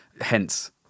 Hence